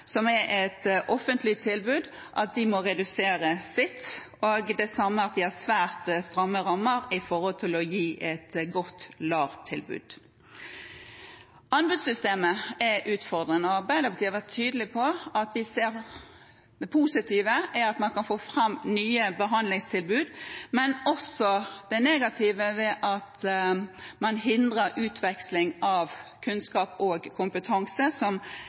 som er et offentlig tilbud, må redusere sitt tilbud. Likedan har de svært stramme rammer for det å gi et godt LAR-tilbud. Anbudssystemet er utfordrende, og Arbeiderpartiet har vært tydelig på at vi ser det positive i at man kan få fram nye behandlingstilbud, men også det negative med at man hindrer utveksling av kunnskap og kompetanse,